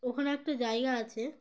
ওখানে একটা জায়গা আছে